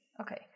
Okay